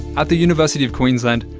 at the university of queensland,